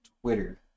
Twitter